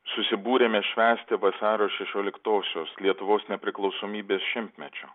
susibūrėme švęsti vasario šešioliktosios lietuvos nepriklausomybės šimtmečio